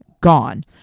gone